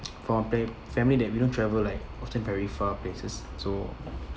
for fa~ family that we don't travel like often very far places so